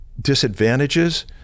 disadvantages